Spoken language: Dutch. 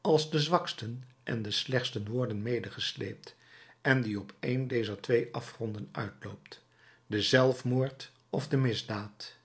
als de zwaksten en de slechtsten worden medegesleept en die op één dezer twee afgronden uitloopt den zelfmoord of de misdaad